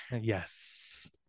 Yes